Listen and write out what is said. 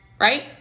Right